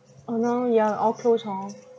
uh now ya all closed hor